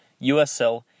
USL